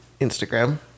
Instagram